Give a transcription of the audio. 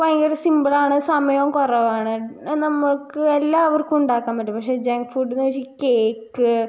ഭയങ്കര സിമ്പിളാണ് സമയവും കുറവാണ് നമുക്ക് എല്ലാവർക്കുവുണ്ടാക്കാന് പറ്റും പക്ഷേ ജെങ്ക് ഫുഡ്ഡ് എന്ന് വെച്ചാൽ ഈ കേക്ക്